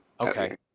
Okay